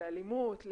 אלימות,